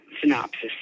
synopsis